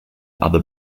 other